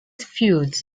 feuds